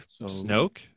Snoke